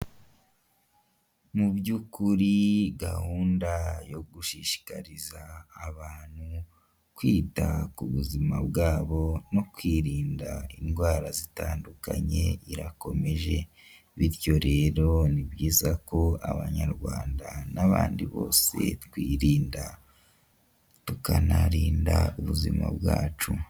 Mu by'ukuri gahunda yo gushishikariza abantu kwita ku buzima bwabo no kwirinda indwara zitandukanye irakomeje. Bityo rero ni byiza ko abanyarwanda n'abandi bose twirinda tukanarinda ubuzima bwacu.